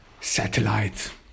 satellites